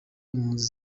impunzi